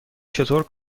چطور